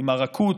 עם הרכות,